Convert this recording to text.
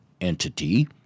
entity